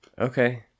Okay